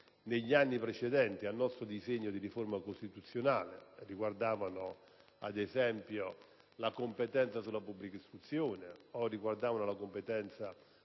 negli anni precedenti al nostro disegno di riforma costituzionale. Riguardavano, ad esempio, la competenza sulla pubblica istruzione o sulla polizia